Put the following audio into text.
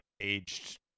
aged